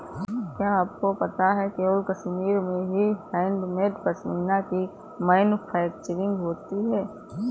क्या आपको पता है केवल कश्मीर में ही हैंडमेड पश्मीना की मैन्युफैक्चरिंग होती है